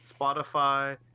Spotify